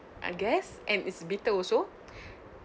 I guess and it's bitter also